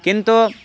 किन्तु